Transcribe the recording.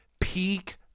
peak